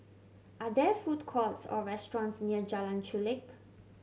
are there food courts or restaurants near Jalan Chulek